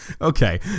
okay